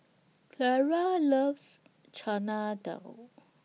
Clara loves Chana Dal